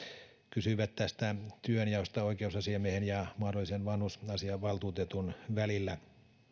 kysyivät työnjaosta oikeusasiamiehen ja mahdollisen vanhusasiavaltuutetun välillä